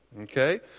Okay